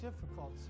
difficult